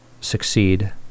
succeed